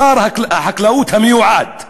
שר החקלאות המיועד,